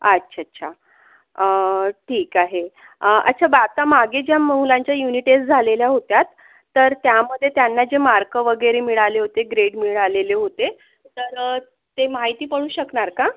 अच्छा अच्छा अं ठीक आहे अं अच्छा आता मागे ज्या मुलांच्या युनि टेस्ट झालेल्या होत्या तर त्यामधे त्यांना जे मार्क वगैरे मिळाले होते ग्रेड मिळालेले होते तर ते माहिती पडू शकणार का